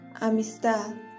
amistad